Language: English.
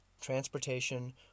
transportation